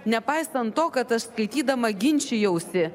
nepaisant to kad aš skaitydama ginčijausi